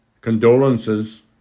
condolences